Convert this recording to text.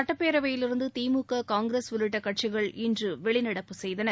சுட்டப்பேரவையிலிருந்து திமுக காங்கிரஸ் உள்ளிட்ட கட்சிகள் இன்று வெளிநடப்பு செய்தன